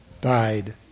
Died